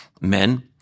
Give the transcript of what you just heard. men